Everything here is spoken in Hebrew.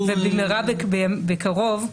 ובמהרה בקרוב,